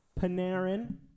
Panarin